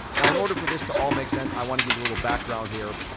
now, in order for this to all make sense, i want to give you a little background here,